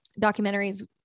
documentaries